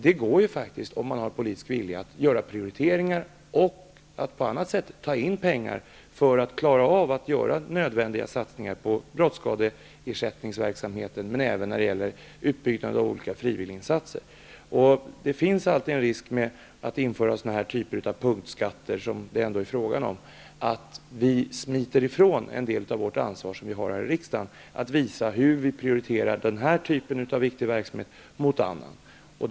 Det går faktiskt om man har politisk vilja att göra prioriteringar och att på annat sätt ta in pengar för att klara av nödvändiga satsningar på brottsskadeersättningsverksamheten och utbyggnaden av olika frivilliginsatser. Det finns alltid en risk med att införa den sorts punktskatter som det här ändå är fråga om, nämligen att vi här i riksdagen då smiter ifrån en del av det ansvar som vi har att visa hur vi prioriterar den här typen av viktig verksamhet i förhållande till annan.